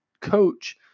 coach